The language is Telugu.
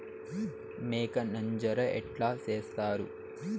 మేక నంజర ఎట్లా సేస్తారు?